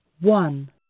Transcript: one